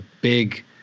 big